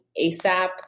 ASAP